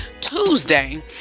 Tuesday